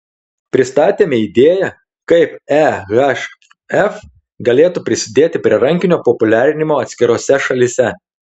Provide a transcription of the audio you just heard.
pristatėme idėją kaip ehf galėtų prisidėti prie rankinio populiarinimo atskirose šalyse